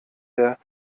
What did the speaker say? der